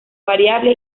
variable